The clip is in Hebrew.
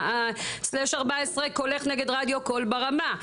79/14 שהולך נגד רדיו קול ברמה,